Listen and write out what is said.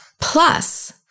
Plus